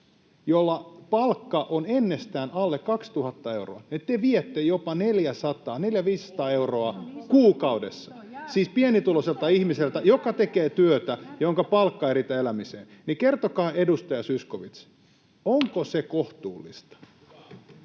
jolla palkka on ennestään alle 2 000 euroa, te viette jopa 400—500 euroa kuukaudessa, siis pienituloiselta ihmiseltä, joka tekee työtä ja jonka palkka ei riitä elämiseen, [Vasemmalta: Oho, se on järkyttävää!]